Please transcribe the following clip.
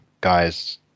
guys